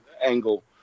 angle